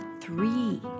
three